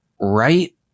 Right